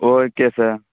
okay sir